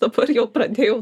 dabar jau pradėjau